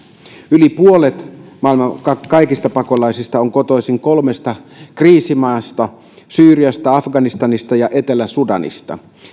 yli puolet maailman kaikista pakolaisista on kotoisin kolmesta kriisimaasta syyriasta afganistanista ja etelä sudanista